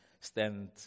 stand